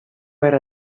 era